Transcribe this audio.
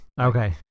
Okay